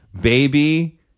baby